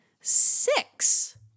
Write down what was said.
six